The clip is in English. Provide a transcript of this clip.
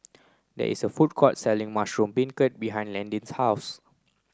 there is a food court selling mushroom beancurd behind Landyn's house